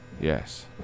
Yes